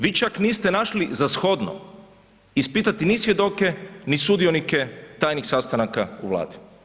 Vi čak niste našli za shodno ispitati ni svjedoke ni sudionike tajnih sastanaka u Vladi.